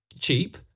cheap